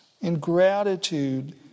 ingratitude